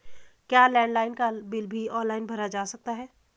क्या लैंडलाइन का बिल भी ऑनलाइन भरा जा सकता है?